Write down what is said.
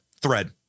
thread